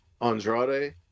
Andrade